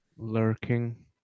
Lurking